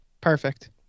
perfect